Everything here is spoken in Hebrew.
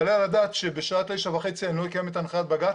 היעלה על הדעת שבשעה תשע וחצי אני לא אקיים את הנחיית בג"צ?